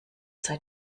sei